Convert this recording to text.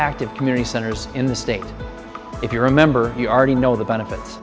active community centers in the state if you're a member you are the know the benefits